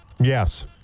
Yes